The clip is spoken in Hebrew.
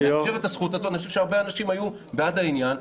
אני חושב שהרבה אנשים היו בעד העניין.